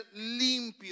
limpio